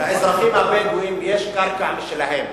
לאזרחים הבדואים יש קרקע משלהם,